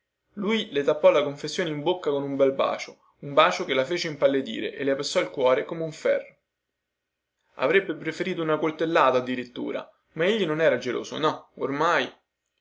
lui le tappò la confessione in bocca con un bel bacio un bacio che la fece impallidire e le passò il cuore come un ferro avrebbe preferito una coltellata addirittura ma egli non era geloso no ormai